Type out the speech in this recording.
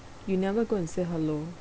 you never go and say hello